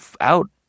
out